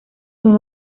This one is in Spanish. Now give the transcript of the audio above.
son